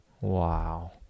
Wow